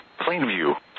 Plainview